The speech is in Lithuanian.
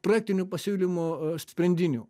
projektinių pasiūlymų sprendinių